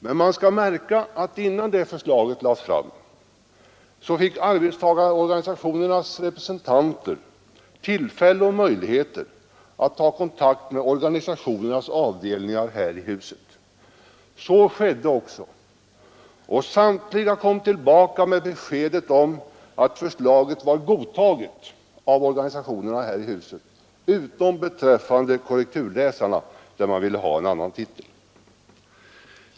Men man skall märka att innan det förslaget lades fram fick arbetstagarorganisationernas representanter tillfälle att ta kontakt med organisationernas avdelningar här i huset. Så skedde också, och samtliga kom tillbaka med beskedet att förslaget var godtaget av avdelningarna i riksdagen, utom beträffande korrekturläsarna för vilka man ville ha en annan titel.